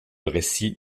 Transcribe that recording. récit